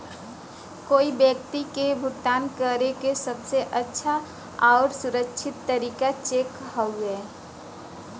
कोई व्यक्ति के भुगतान करे क सबसे अच्छा आउर सुरक्षित तरीका चेक हउवे